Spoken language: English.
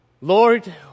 Lord